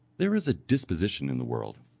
there is a disposition in the world,